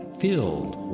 filled